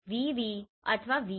VV અથવા VH